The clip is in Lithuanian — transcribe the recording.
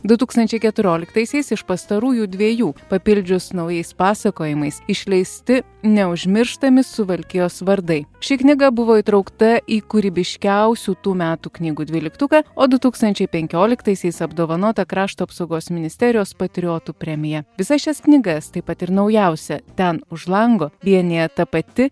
du tūkstančiai keturioliktaisiais iš pastarųjų dviejų papildžius naujais pasakojimais išleisti neužmirštami suvalkijos vardai ši knyga buvo įtraukta į kūrybiškiausių tų metų knygų dvyliktuką o du tūkstančiai penkioliktaisiais apdovanota krašto apsaugos ministerijos patriotų premija visas šias knygas taip pat ir naujausią ten už lango vienija ta pati